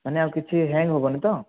ମାନେ ଆଉ କିଛି ହ୍ୟାଙ୍ଗ୍ ହେବନି ତ